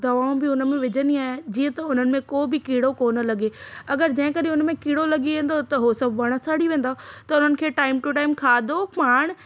दवाऊं बि हुन में विझंदी आहियां जीअं त उन्हनि में को बि कीड़ो कोन लॻे अगरि जंहिं कॾहिं उन में कीड़ो लॻी वेंदो त उहो सभु वण सड़ी वेंदा त उन्हनि खे टाइम टू टाइम खाधो पाण